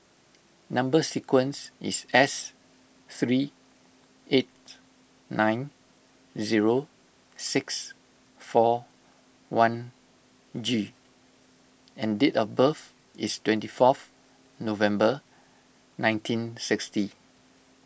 Number Sequence is S three eight nine zero six four one G and date of birth is twenty fourth November nineteen sixty